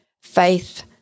faith